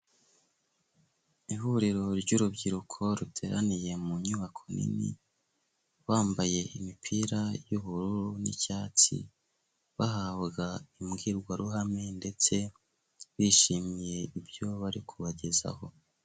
Ihuriro ry'urubyiruko ruteraniye mu nyubako nini, bambaye imipira y'ubururu n'icyatsi, bahabwa imbwirwaruhame ndetse bishimiye ibyo bari kubagezaho.